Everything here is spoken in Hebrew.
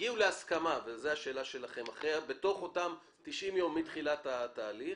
הגיעו להסכמה בתוך אותם 80 מתחילת התהליך,